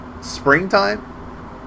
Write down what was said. springtime